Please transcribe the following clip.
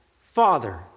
Father